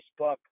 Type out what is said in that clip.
Facebook